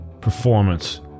performance